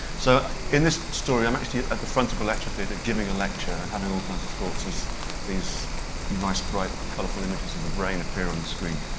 so in this story i am actually at at the front of a lecture theatre giving a lecture and having all kinds of thoughts as these nice, bright, colourful images of the brain appear on the screen.